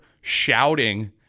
shouting